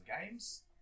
games